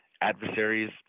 adversaries